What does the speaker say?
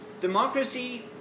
democracy